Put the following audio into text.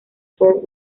fort